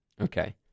Okay